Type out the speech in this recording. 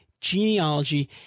genealogy